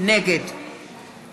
נגד